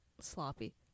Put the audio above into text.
sloppy